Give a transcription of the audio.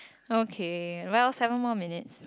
okay well seven more minutes